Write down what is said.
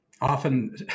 often